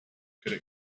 could